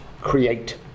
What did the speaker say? create